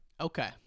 Okay